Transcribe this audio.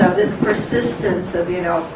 this persistence of, you know,